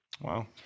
wow